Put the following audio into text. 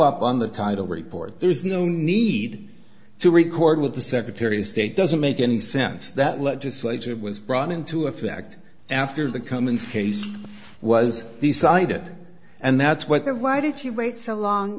up on the title report there's no need to record with the secretary of state doesn't make any sense that legislative was brought into effect after the cummings case was decided and that's what the why did he wait so long